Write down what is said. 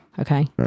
okay